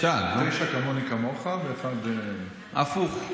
תשעה כמוני כמוך, ואחד, הפוך.